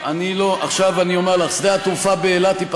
תזרזו את הקמת שדה התעופה הבין-לאומי,